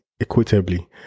equitably